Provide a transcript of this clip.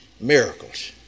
Miracles